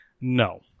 No